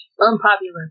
Unpopular